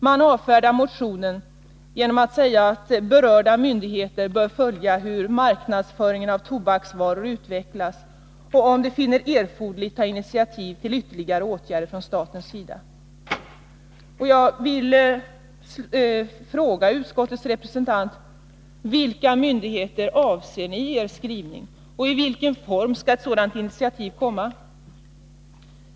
Man avfärdar motionen med att ”berörda myndigheter bör följa hur marknadsföringen av tobaksvaror utvecklas och om de så finner erforderligt ta initiativ till ytterligare åtgärder från statens sida”. Jag vill fråga utskottets representant: Vilka myndigheter avser ni i er skrivning, och i vilken form skall ett sådant initiativ komma?